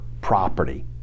property